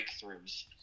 breakthroughs